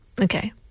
Okay